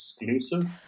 exclusive